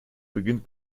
beginnt